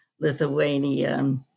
Lithuania